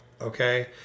Okay